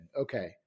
Okay